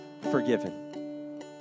forgiven